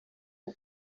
why